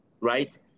right